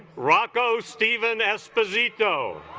rocco stephen esposito